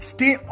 Stay